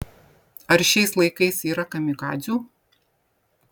ar šiais laikais yra kamikadzių